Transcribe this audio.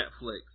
Netflix